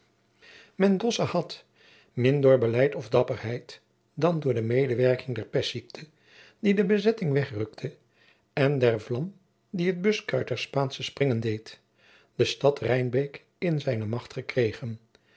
mendoza had min door beleid of dapperheid dan door de medewerking der pestziekte die de bezetting wegrukte en der vlam die het buskruid der staatschen springen deed de stad rijnberk in zijne macht gekregen